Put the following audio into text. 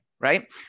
right